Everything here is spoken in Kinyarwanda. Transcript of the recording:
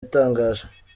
itangaje